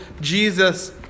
Jesus